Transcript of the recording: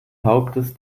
hauptes